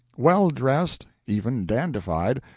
well dressed, even dandified,